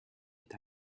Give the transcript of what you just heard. est